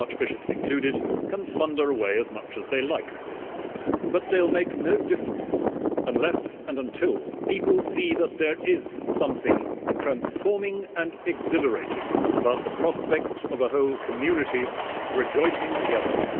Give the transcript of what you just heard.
archbishops included can thunder away as much as they like of course but they'll make no difference and and until people see that there is something transforming and exhilarating about the prospect of a whole community rejoicing together,